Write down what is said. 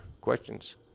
questions